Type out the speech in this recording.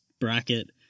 bracket